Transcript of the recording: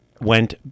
went